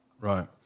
Right